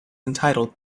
entitled